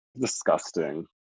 Disgusting